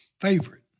favorite